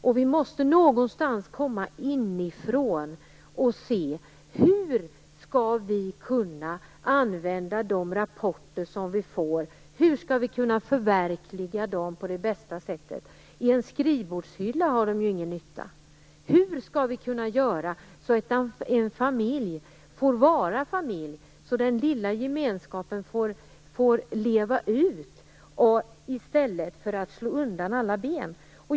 Någonstans måste vi komma inifrån och se hur vi skall kunna använda de rapporter som vi får och förverkliga dem på det bästa sättet. De gör ju ingen nytta i en skrivbordshylla. Hur skall vi kunna göra så att en familj får vara familj och den lilla gemenskapen får leva ut i stället för att slå undan alla ben?